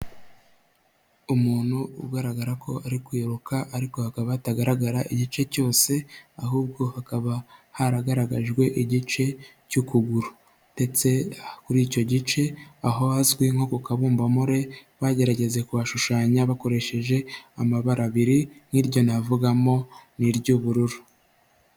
Umuntu ugaragara ko ari kwiruka ariko hakaba hatagaragara igice cyose, ahubwo hakaba haragaragajwe igice cy'ukuguru ndetse kuri icyo gice ahazwi nko ku kabumbamure, bagerageje kuhashushanya bakoresheje amabara abiri nk'iryo navugamo ni iry'ubururu.